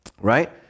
right